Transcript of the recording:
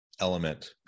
element